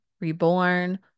reborn